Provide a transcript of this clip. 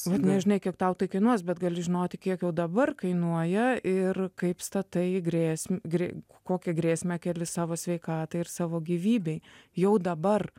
vat nežinai kiek tau tai kainuos bet gali žinoti kiek jau dabar kainuoja ir kaip statai grėsm grė kokią grėsmę kelis savo sveikatai ir savo gyvybei jau dabar